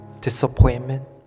disappointment